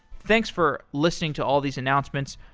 thanks for listening to all these announcements.